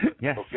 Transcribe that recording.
Yes